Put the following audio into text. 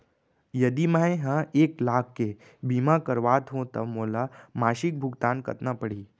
यदि मैं ह एक लाख के बीमा करवात हो त मोला मासिक भुगतान कतना पड़ही?